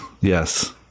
Yes